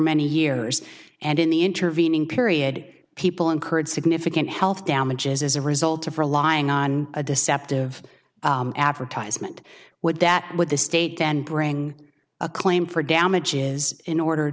many years and in the intervening period people incurred significant health damages as a result of relying on a deceptive advertisement would that what the state can bring a claim for damages in order